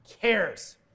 cares